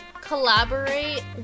collaborate